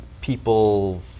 People